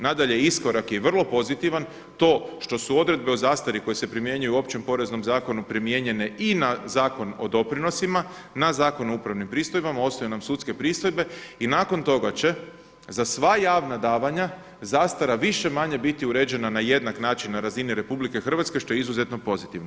Nadalje, iskorak je vrlo pozitivan to što su odredbe o zastari koje se primjenjuju u Općem poreznom zakonu primijenjene i na Zakon o doprinosima, na Zakon o upravnim pristojbama, ostaju nam sudske pristojbe, i nakon toga će za sva javna davanja zastara više-manje biti uređena na jednak način na razini Republike Hrvatske što je izuzetno pozitivno.